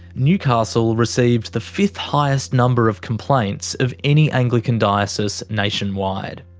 newcastle received the fifth highest number of complaints of any anglican diocese nationwide.